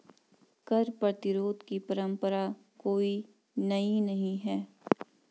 कर प्रतिरोध की परंपरा कोई नई नहीं है